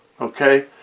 Okay